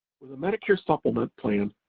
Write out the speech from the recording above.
with a medicare supplement plan,